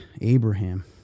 Abraham